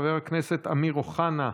חבר הכנסת אמיר אוחנה,